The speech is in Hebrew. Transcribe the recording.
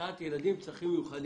להסעת ילדים עם צרכים מיוחדים.